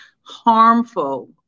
harmful